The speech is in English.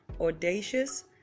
audacious